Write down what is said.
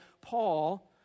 Paul